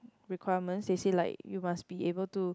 requirement they say like you must be able to